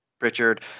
Richard